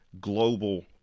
global